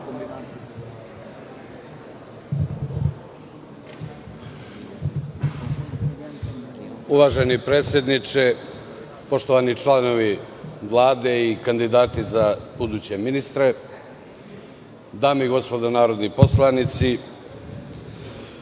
Uvaženi predsedniče, poštovani članovi Vlade i kandidati za buduće ministre, dame i gospodo narodni poslanici,